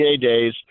days